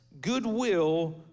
goodwill